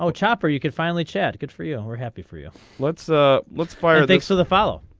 ah chopper you can finally check it for you we're happy for you lets the looks fire thanks for the follow.